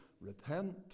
Repent